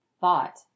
thought